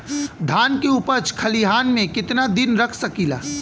धान के उपज खलिहान मे कितना दिन रख सकि ला?